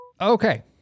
okay